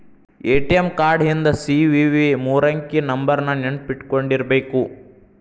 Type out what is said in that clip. ATM card ಹಿಂದ್ CVV ಮೂರಂಕಿ ನಂಬರ್ನ ನೆನ್ಪಿಟ್ಕೊಂಡಿರ್ಬೇಕು